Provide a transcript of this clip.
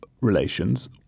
relations